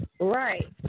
Right